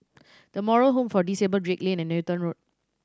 The Moral Home for Disabled Drake Lane and Newton Road